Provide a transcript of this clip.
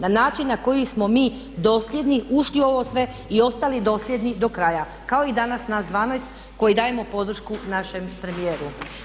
Na način na koji smo mi dosljedni, ušli u ovo sve i ostali dosljedni do kraja kao i danas nas 12 koji dajemo podršku našem premijeru.